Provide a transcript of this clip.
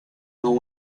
know